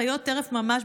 חיות טרף ממש,